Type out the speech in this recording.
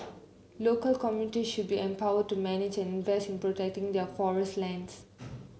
local communities should be empowered to manage and invest in protecting their forest lands